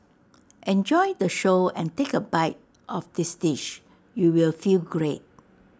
enjoy the show and take A bite of this dish you will feel great